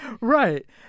Right